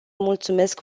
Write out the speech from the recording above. mulțumesc